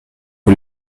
que